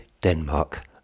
Denmark